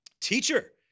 teacher